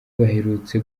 baherutse